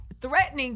threatening